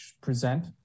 present